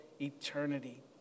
eternity